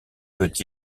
peut